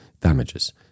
damages